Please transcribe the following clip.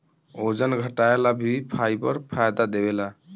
ओजन घटाएला भी फाइबर फायदा देवेला